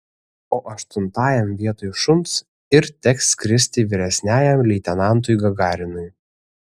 o aštuntajam vietoj šuns ir teks skristi vyresniajam leitenantui gagarinui